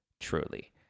truly